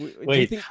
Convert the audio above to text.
Wait